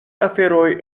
aferoj